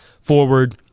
forward